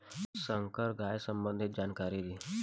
संकर गाय संबंधी जानकारी दी?